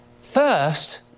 First